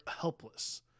helpless